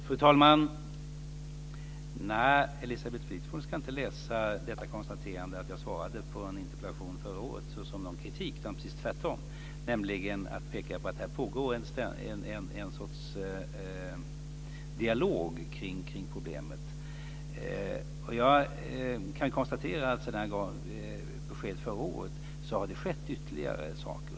Fru talman! Elisabeth Fleetwood ska inte läsa detta konstaterande om att jag svarade på en interpellation förra året som någon kritik. Det är precis tvärtom. Det handlar nämligen om att peka på att det pågår en sorts dialog kring problemet. Jag kan konstatera att det sedan jag gav besked förra året har skett ytterligare saker.